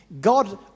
God